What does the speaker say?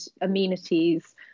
amenities